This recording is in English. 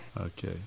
Okay